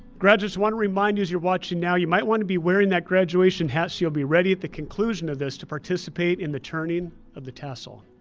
graduates, i wanna remind you as you're watching now, you might wanna be wearing that graduation hat so you'll be ready at the conclusion of this to participate in the turning of the tassel.